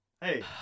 hey